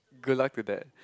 good luck to that